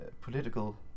political